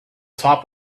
top